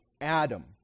Adam